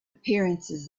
appearances